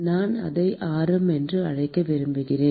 நான் அதை ஆரம் என்று அழைக்க விரும்பினேன்